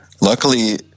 Luckily